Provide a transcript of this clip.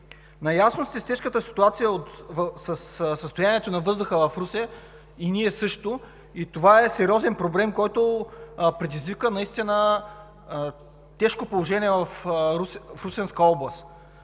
Наясно сте с тежката ситуация със състоянието на въздуха в Русе, и ние също, и това е сериозен проблем, който предизвика тежко положение в Русенска област.